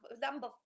number